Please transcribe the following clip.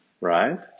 right